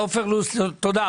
תודה.